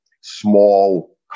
small